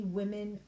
women